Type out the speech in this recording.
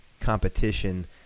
competition